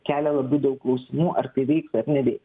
kelia labai daug klausimų ar tai veiks ar neveiks